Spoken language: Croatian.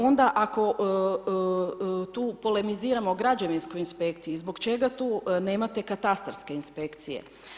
Onda ako tu polemiziramo građevinsku inspekciju i zbog čega tu nemate katastarske inspekcije?